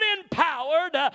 empowered